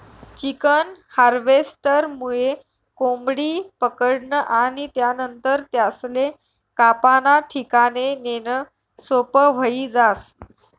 chicken हार्वेस्टरमुये कोंबडी पकडनं आणि त्यानंतर त्यासले कापाना ठिकाणे नेणं सोपं व्हयी जास